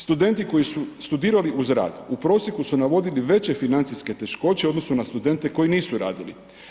Studenti koji su studirali uz rad u prosjeku su navodili veće financijske teškoće u odnosu na studente koji nisu radili.